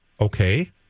Okay